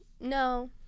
no